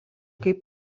kaip